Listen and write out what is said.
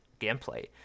gameplay